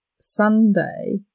Sunday